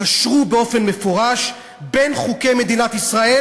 קשרו באופן מפורש בין חוקי מדינת ישראל